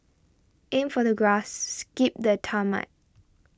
aim for the grass skip the tarmac